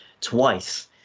twice